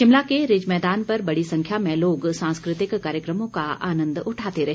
शिमला के रिज मैदान पर बड़ी संख्या में लोग सांस्कृतिक कार्यक्रमों का आनन्द उठाते रहे